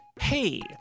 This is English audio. Hey